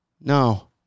No